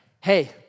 hey